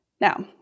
Now